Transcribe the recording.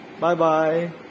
Bye-bye